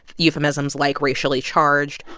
euphemisms like racially charged.